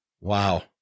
wow